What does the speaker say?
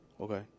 Okay